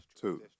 Two